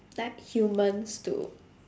like humans to